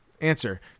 Answer